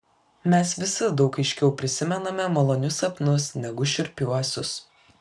mes visi daug aiškiau prisimename malonius sapnus negu šiurpiuosius